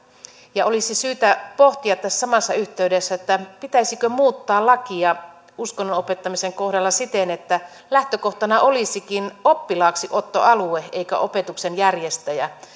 ja olisi syytä pohtia tässä samassa yhteydessä pitäisikö muuttaa lakia uskonnonopettamisen kohdalla siten että lähtökohtana olisikin oppilaaksiottoalue eikä opetuksen järjestäjä